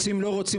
רוצים או לא רוצים,